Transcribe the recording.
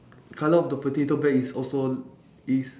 colour of the potato bag is also is